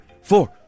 four